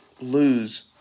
lose